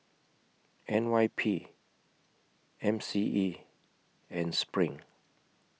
N Y P M C E and SPRING